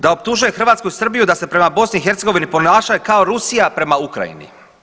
Da optužuje Hrvatsku i Srbiju da se prema BiH ponašaju kao Rusija prema Ukrajini.